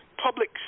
public